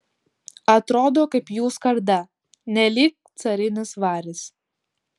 atrodo kaip jų skarda nelyg carinis varis